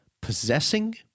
possessing